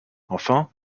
enfin